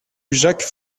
jacques